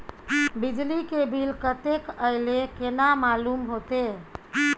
बिजली के बिल कतेक अयले केना मालूम होते?